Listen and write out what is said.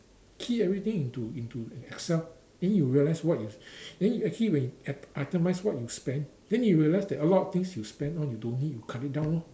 key everything into into Excel then you realise what you then you actually when you optimise what you spent then you realise that a lot of things you spent on you don't need youcut it down lor